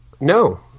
No